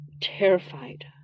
terrified